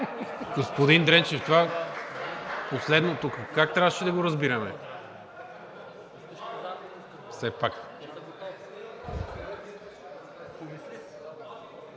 Господин Дренчев, това последното как трябваше да го разбираме? НИКОЛАЙ